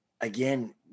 again